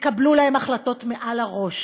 התקבלו להם החלטות מעל הראש.